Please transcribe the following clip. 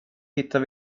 hittar